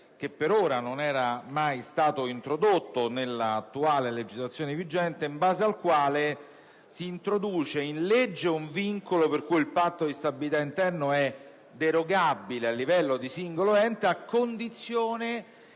che per ora non era mai stato introdotto nella legislazione vigente, in base al quale s'introduce in legge un vincolo per cui il Patto di stabilità interno è derogabile a livello di singolo ente a condizione